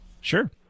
Sure